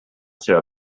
seva